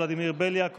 ולדימיר בליאק,